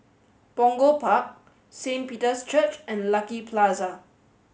Punggol Park Saint Peter's Church and Lucky Plaza